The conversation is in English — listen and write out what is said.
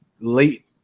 late